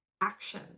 action